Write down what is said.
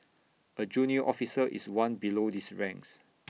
A junior officer is one below these ranks